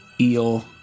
eel